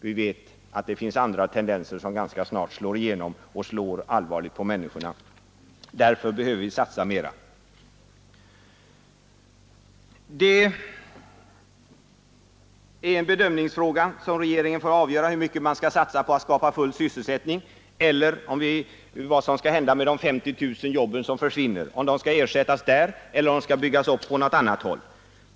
Vi vet att det finns andra tendenser som ganska snart slår igenom — och slår allvarligt på människorna. Därför behöver vi satsa mera. Det är en bedömningsfråga, som regeringen får avgöra, hur mycket man skall satsa på att skapa full sysselsättning, eller vad som skall hända med de 50 000 jobben som försvinner — om de skall ersättas där de har försvunnit eller om sysselsättning skall byggas upp på något annat håll.